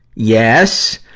yes!